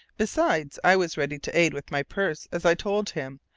besides i was ready to aid with my purse, as i told him,